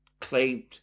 claimed